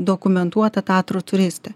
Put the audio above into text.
dokumentuote tatrų turistę